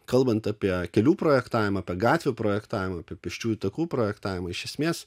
kalbant apie kelių projektavimą apie gatvių projektavimą apie pėsčiųjų takų projektavimą iš esmės